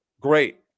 Great